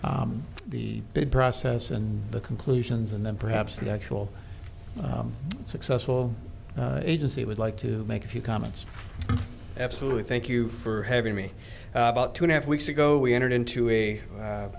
bid process and the conclusions and then perhaps the actual successful agency would like to make a few comments absolutely thank you for having me about two and a half weeks ago we entered into a